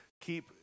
keep